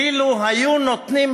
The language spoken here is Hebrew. אילו היו נותנים,